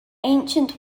ancient